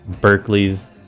Berkeley's